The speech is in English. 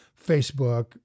Facebook